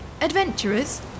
Adventurers